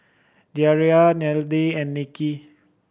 Deyanira and Nicky